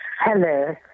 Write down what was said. Hello